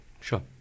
sure